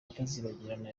atazibagirana